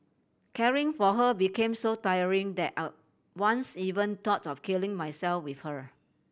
caring for her became so tiring that I once even thought of killing myself with her